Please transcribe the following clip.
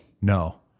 No